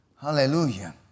Hallelujah